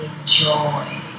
enjoy